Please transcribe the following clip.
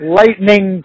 lightning